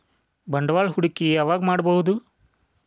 ಬಂಡವಾಳ ಹೂಡಕಿ ಯಾವಾಗ್ ಮಾಡ್ಬಹುದು?